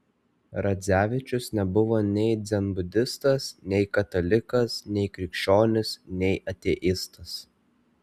radzevičius nebuvo nei dzenbudistas nei katalikas nei krikščionis nei ateistas